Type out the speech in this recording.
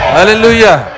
Hallelujah